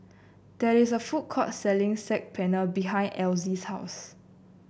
there is a food court selling Saag Paneer behind Elzy's house